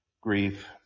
grief